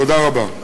תודה רבה.